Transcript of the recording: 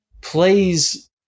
plays